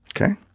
Okay